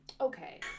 Okay